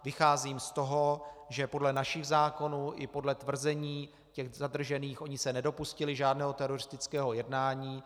Vycházím z toho, že podle našich zákonů i podle tvrzení zadržených se oni nedopustili žádného teroristického jednání.